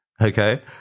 Okay